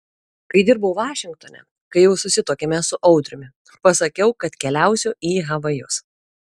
kai dirbau vašingtone kai jau susituokėme su audriumi pasakiau kad keliausiu į havajus